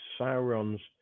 sauron's